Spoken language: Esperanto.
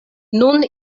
nun